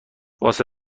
واسه